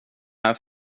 här